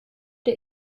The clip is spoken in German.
der